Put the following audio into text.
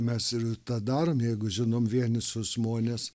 mes ir tą darom jeigu žinom vienisus žmones